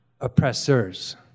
oppressors